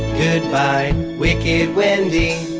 goodbye, wicked wendy.